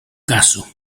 caso